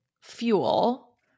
fuel